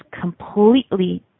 completely